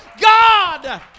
God